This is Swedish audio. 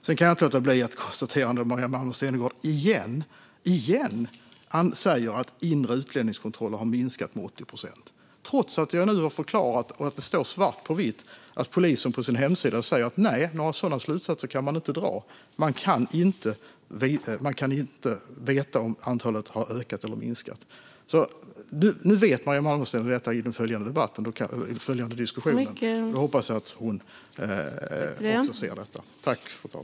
Jag kan inte låta bli att konstatera att Maria Malmer Stenergard återigen säger att inre utlänningskontroller har minskat med 80 procent, trots att jag nu har förklarat hur det ligger till. Det står svart på vitt på polisens hemsida att man inte kan dra några sådana slutsatser. Man kan inte veta om antalet har ökat eller minskat. Nu vet Maria Malmer Stenergard detta inför kommande diskussioner. Jag hoppas att hon tar det till sig.